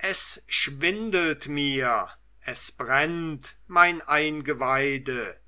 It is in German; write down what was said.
es schwindelt mir es brennt mein eingeweide